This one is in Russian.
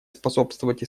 способствовать